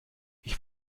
ich